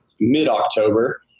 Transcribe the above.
mid-October